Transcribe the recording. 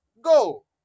go